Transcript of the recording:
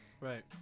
Right